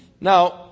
Now